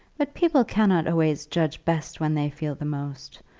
but people cannot always judge best when they feel the most.